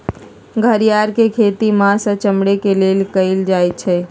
घरिआर के खेती मास आऽ चमड़े के लेल कएल जाइ छइ